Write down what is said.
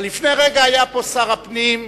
אבל לפני רגע היה פה שר הפנים,